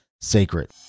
Sacred